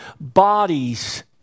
bodies